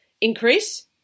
increase